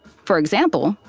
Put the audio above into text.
for example,